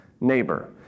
neighbor